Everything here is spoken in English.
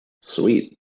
Sweet